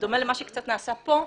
בדומה למה שקצת נעשה פה,